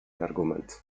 argument